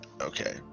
Okay